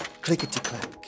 clickety-clack